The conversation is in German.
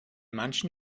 manchen